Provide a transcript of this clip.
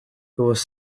was